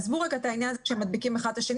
עזבו את העניין שמדביקים זה את זה,